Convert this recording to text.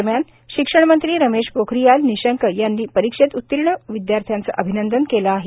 दरम्यान शिक्षणमंत्री रमेश पोखरियाल निशंक यांनी परीक्षेत उत्तीर्ण विदयार्थ्यांचं अभिनंदन केलं आहे